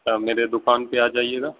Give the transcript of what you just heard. ہاں میرے دوکان پہ آ جائیے گا